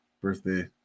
birthday